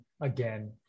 again